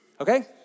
Okay